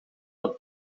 het